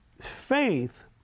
Faith